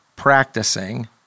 practicing